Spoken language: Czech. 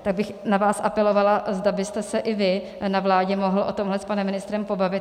Tak bych na vás apelovala, zda byste se i vy na vládě mohl o tomhle s panem ministrem pobavit.